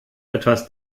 etwas